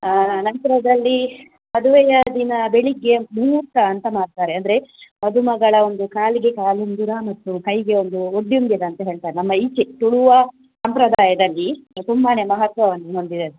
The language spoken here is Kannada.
ಆ ನಂತರದಲ್ಲಿ ಮದುವೆಯ ದಿನ ಬೆಳಗ್ಗೆ ಮುಹೂರ್ತ ಅಂತ ಮಾಡ್ತಾರೆ ಅಂದರೆ ಮದುಮಗಳ ಒಂದು ಕಾಲಿಗೆ ಕಾಲುಂಗುರ ಮತ್ತು ಕೈಗೆ ಒಂದು ಒಡ್ಯುಂಗುರ ಅಂತ ಹೇಳ್ತಾರೆ ನಮ್ಮ ಈಚೆ ತುಳುವ ಸಂಪ್ರದಾಯದಲ್ಲಿ ತುಂಬನೇ ಮಹತ್ವವನ್ನು ಹೊಂದಿದೆ ಅದು